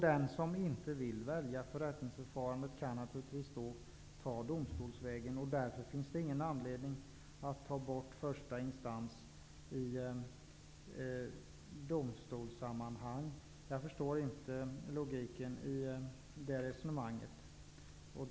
Den som inte vill välja ett förrättningsförfarandet kan naturligtvis gå domstolsvägen. Därför finns det ingen anledning att avskaffa första instans vid domstol. Jag förstår inte logiken i detta resonemang.